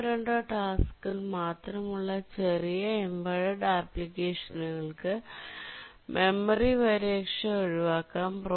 ഒന്നോ രണ്ടോ ടാസ്കുകൾ മാത്രമുള്ള ചെറിയ എംബെഡഡ് അപ്പ്ലിക്കേഷനുകൾക് മെമ്മറി പരിരക്ഷ ഒഴിവാക്കാം